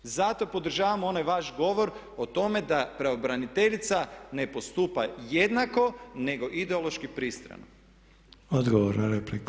Zato podržavam onaj vaš govor o tome da pravobraniteljica ne postupa jednako nego ideološki pristrano.